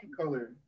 color